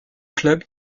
club